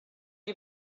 you